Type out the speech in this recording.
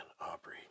Aubrey